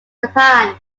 japan